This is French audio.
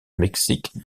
mexique